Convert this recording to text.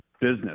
business